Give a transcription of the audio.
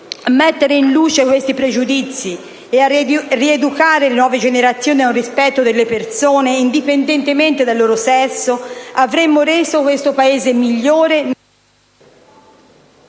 mettere in luce questi pregiudizi e a rieducare le nuove generazioni a un rispetto delle persone, indipendentemente dal loro sesso, avremmo reso questo Paese migliore,